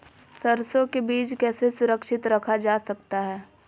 सरसो के बीज कैसे सुरक्षित रखा जा सकता है?